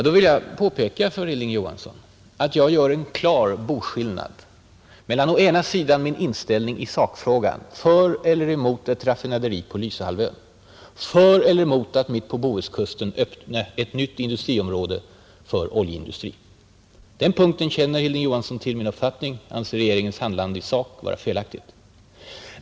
Då vill jag påpeka för Hilding Johansson att jag gör en klar boskillnad mellan dechargen och min inställning i sakfrågan — för eller emot ett raffinaderi på Lysehalvön; för eller emot att mitt på Bohuskusten öppna ett nytt industriområde för oljeindustrin, På den punkten känner Hilding Johansson till min uppfattning. Jag anser regeringens handlande i sak vara djupt olyckligt.